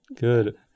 Good